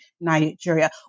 Nigeria